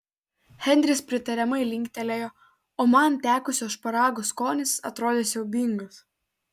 henris pritariamai linktelėjo o man tekusio šparago skonis atrodė siaubingas